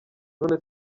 none